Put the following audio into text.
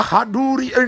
Haduri